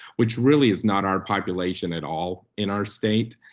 which really is not our population at all in our state.